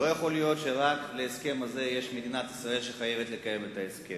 לא יכול להיות שבהסכם הזה יש רק מדינת ישראל שחייבת לקיים את ההסכם.